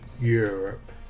Europe